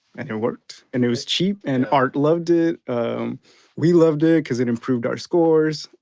and it worked and it was cheap and art loved it we loved it because it improved our scores.